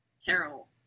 Terrible